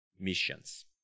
missions